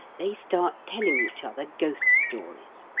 they start telling each other ghost stories.